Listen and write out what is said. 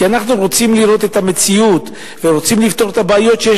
כי אנחנו רוצים לראות את המציאות ולפתור את הבעיות שיש